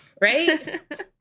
Right